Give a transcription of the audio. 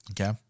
Okay